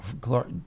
Clark